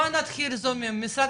בוא נתחיל זומים, משרד